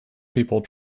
people